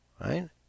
Right